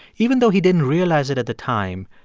even though he didn't realize it at the time,